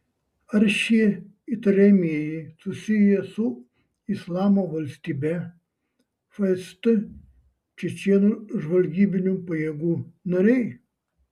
ar šie įtariamieji susiję su islamo valstybe fst čečėnų žvalgybinių pajėgų nariai